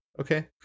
Okay